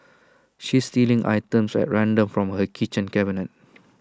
she's stealing items at random from her kitchen cabinet